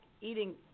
eating